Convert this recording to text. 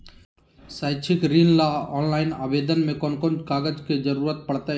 शैक्षिक ऋण ला ऑनलाइन आवेदन में कौन कौन कागज के ज़रूरत पड़तई?